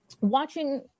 watching